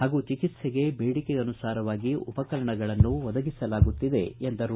ಹಾಗೂ ಚಿಕಿತ್ಸೆಗೆ ಬೇಡಿಕೆಗನುಸಾರವಾಗಿ ಉಪಕರಣಗಳನ್ನು ಒದಗಿಸಲಾಗುತ್ತಿದೆ ಎಂದರು